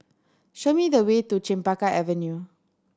show me the way to Chempaka Avenue